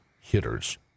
hitters